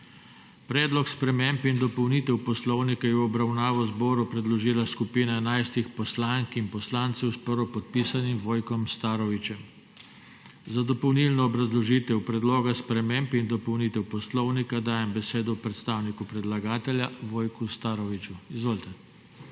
Predlog sprememb in dopolnitev Poslovnika je v obravnavo zboru predložila skupina enajstih poslank in poslancev s prvopodpisanim Vojkom Starovićem. Za dopolnilno obrazložitev Predloga sprememb in dopolnitev Poslovnika dajem besedo predstavniku predlagatelja Vojku Staroviću. Izvolite.